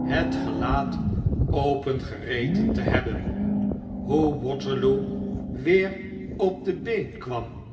het gelaat opengereten te hebben hoe waterloo weer op de been kwam